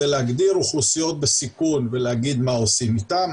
זה להגדיר אוכלוסיות בסיכון ולהגיד מה עושים איתם,